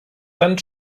tan